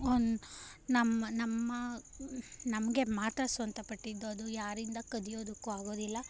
ಒಂದು ನಮ್ಮ ನಮ್ಮ ನಮಗೆ ಮಾತ್ರ ಸ್ವಂತ ಪಟ್ಟಿದ್ದು ಅದು ಯಾರಿಂದ ಕದಿಯೋದಕ್ಕೂ ಆಗೋದಿಲ್ಲ